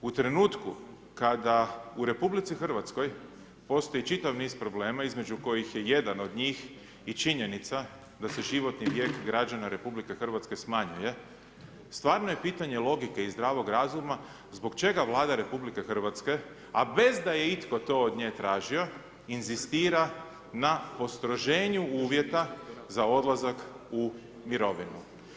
U trenutku kada u RH postoji čitav niz problema između kojih je jedan od njih i činjenica da se životni vijek građana RH smanjuje stvarno je pitanje logike i zdravog razuma zbog čega Vlada RH a bez da je itko to od nje tražio inzistira na postroženju uvjeta za odlazak u mirovinu.